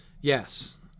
Yes